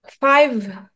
Five